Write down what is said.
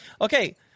Okay